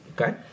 Okay